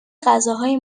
غذاهای